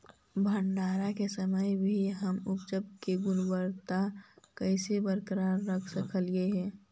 भंडारण के समय भी हम उपज की गुणवत्ता कैसे बरकरार रख सकली हे?